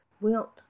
wilt